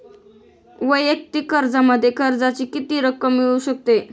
वैयक्तिक कर्जामध्ये कर्जाची किती रक्कम मिळू शकते?